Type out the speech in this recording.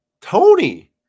Tony